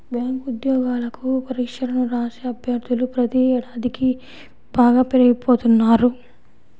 bank ఉద్యోగాలకు పరీక్షలను రాసే అభ్యర్థులు ప్రతి ఏడాదికీ బాగా పెరిగిపోతున్నారు